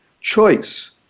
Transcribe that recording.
choice